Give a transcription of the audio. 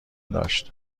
داشت